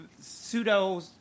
pseudo